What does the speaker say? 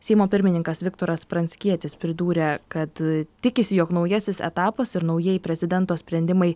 seimo pirmininkas viktoras pranckietis pridūrė kad tikisi jog naujasis etapas ir naujieji prezidento sprendimai